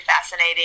fascinating